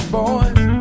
boys